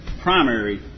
primary